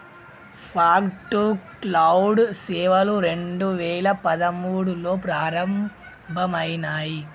fog to cloud సేవలు రెండు వేల పదమూడులో ప్రారంభమయినాయి